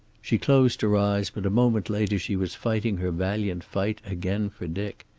she closed her eyes, but a moment later she was fighting her valiant fight again for dick.